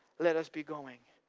let us be going.